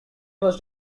was